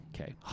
Okay